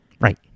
right